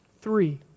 Three